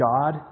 God